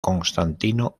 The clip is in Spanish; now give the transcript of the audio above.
constantino